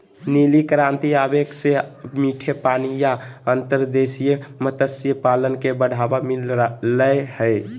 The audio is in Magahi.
नीली क्रांति आवे से मीठे पानी या अंतर्देशीय मत्स्य पालन के बढ़ावा मिल लय हय